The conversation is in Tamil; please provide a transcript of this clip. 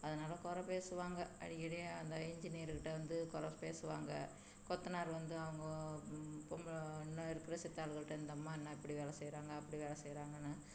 அதனால் குற பேசுவாங்கள் அடிக்கடி அந்த இன்ஜினியர் கிட்ட வந்து குற ஸ் பேசுவாங்கள் கொத்தனார் வந்து அவங்க பொம்ள இன்னும் இருக்கிற சித்தாளுகள்கிட்ட இந்தாம்மா என்ன இப்படி வேலை செய்கிறாங்க அப்படி வேலை செய்கிறாங்கன்னு